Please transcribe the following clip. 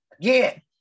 Again